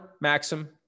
Maxim